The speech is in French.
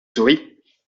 sourie